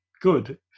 good